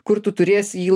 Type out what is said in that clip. kur tu turėsi jį